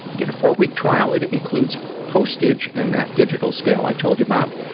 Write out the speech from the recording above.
you get a four-week trial. it includes postage and that digital scale i told you about,